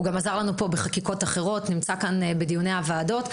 הוא גם עזר לנו כאן בחקיקות אחרות ונמצא כאן בדיוני הוועדה.